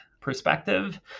perspective